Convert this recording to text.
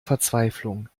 verzweiflung